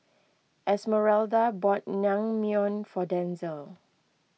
Esmeralda bought Naengmyeon for Denzel